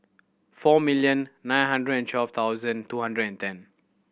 four million nine hundred and twelve thousand two hundred and ten